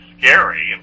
scary